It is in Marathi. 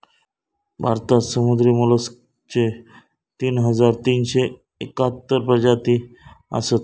भारतात समुद्री मोलस्कचे तीन हजार तीनशे एकाहत्तर प्रजाती असत